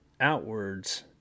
outwards